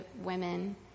women